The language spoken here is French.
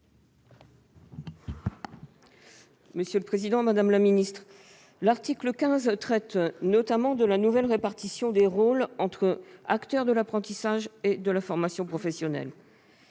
Corinne Féret, sur l'article. L'article 15 traite notamment de la nouvelle répartition des rôles entre acteurs de l'apprentissage et de la formation professionnelle.